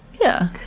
yeah,